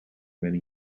many